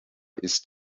ist